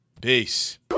Peace